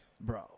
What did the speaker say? bro